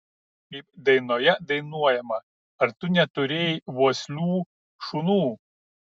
kaip dainoje dainuojama ar tu neturėjai vuoslių šunų